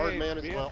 um manage the